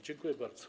Dziękuję bardzo.